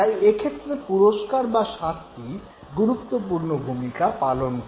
তাই এক্ষেত্রে পুরস্কার বা শাস্তি গুরুত্বপূর্ণ ভূমিকা পালন করে